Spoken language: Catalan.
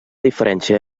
diferència